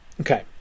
Okay